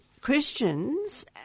Christians